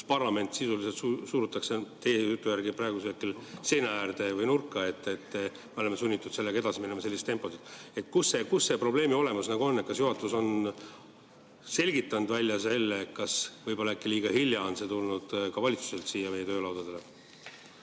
kus parlament sisuliselt surutakse teie jutu järgi praegusel hetkel seina äärde või nurka ja me oleme sunnitud sellega edasi minema sellises tempos. Kus see probleemi olemus on? Kas juhatus on selgitanud välja selle, et äkki on see liiga hilja tulnud valitsusest siia meie töölaudadele?